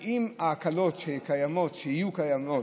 שאם ההקלות שקיימות, שיהיו קיימות,